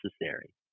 necessary